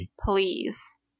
please